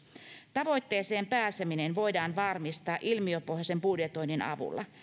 tavoitteeseen pääseminen voidaan varmistaa ilmiöpohjaisen budjetoinnin avulla